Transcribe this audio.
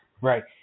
Right